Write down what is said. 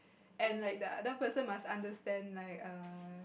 and like the other person must understand like err